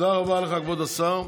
תודה רבה לך, כבוד השר.